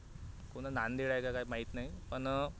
कोण नांदेड आहे का काय माहीत नाही पण